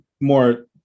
more